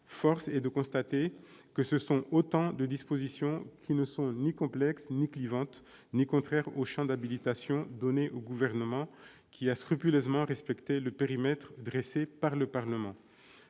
force est de constater que ce sont là autant de dispositions qui ne sont ni complexes, ni clivantes, ni contraires au champ d'habilitation donné au Gouvernement, qui a scrupuleusement respecté le périmètre arrêté par le Parlement.